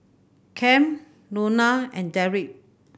Cam Lona and Derick